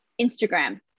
Instagram